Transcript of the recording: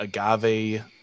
agave